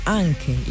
anche